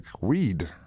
weed